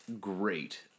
Great